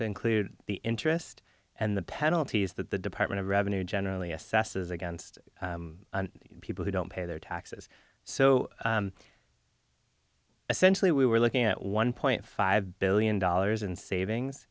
to include the interest and the penalties that the department of revenue generally assesses against people who don't pay their taxes so essentially we were looking at one point five billion dollars in savings